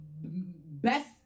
best